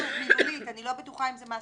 שוב מילולית,